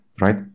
right